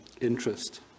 interest